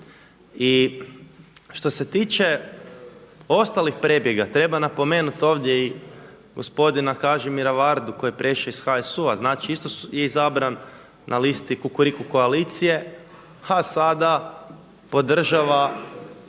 I što se tiče ostalih prebjega, treba napomenut ovdje i gospodina Kažimira Vardu koji je prešao iz HSU-a. Znači isto je izabran na listi Kukuriku koalicije, a sada podržava